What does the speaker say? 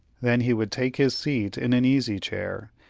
then he would take his seat in an easy-chair,